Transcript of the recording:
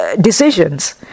decisions